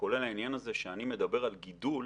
וכולל לעניין הזה שאני מדבר על גידול